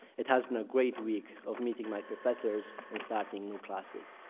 it has been a great week of meeting my professors and starting new classes.